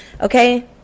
Okay